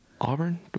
Auburn